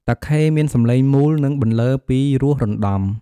តាខេមានសំឡេងមូល និងបន្លឺពីរោះរណ្តំ។